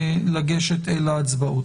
לגשת להצבעות.